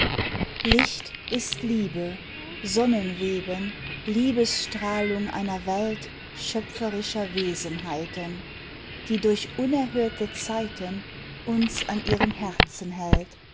licht ist liebe sonnen weben liebes strahlung einer welt schöpferischer wesenheiten die durch unerhörte zeiten uns an ihrem herzen hält